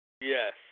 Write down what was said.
Yes